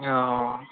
অঁ অঁ